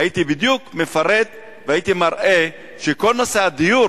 הייתי בדיוק מפרט והייתי מראה שכל נושא הדיור